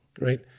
right